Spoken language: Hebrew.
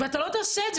אתה לא תעשה את זה,